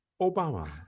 Obama